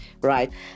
right